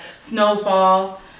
snowfall